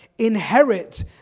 inherit